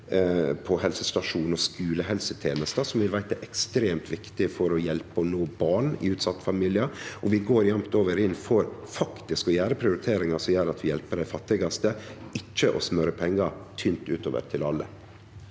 på helsestasjonar og skulehelsetenesta, som vi veit er ekstremt viktig for å nå og hjelpe barn i utsette familiar, og vi går jamt over inn for faktisk å gjere prioriteringar som gjer at vi hjelper dei fattigaste – ikkje å smøre pengar tynt utover til alle.